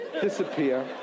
Disappear